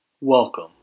Welcome